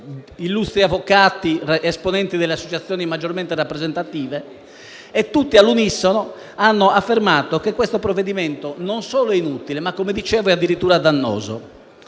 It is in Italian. illustri avvocati e esponenti delle associazioni maggiormente rappresentative. Tutti all'unisono hanno affermato che questo provvedimento non solo è inutile, ma, come dicevo, è addirittura dannoso.